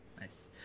Nice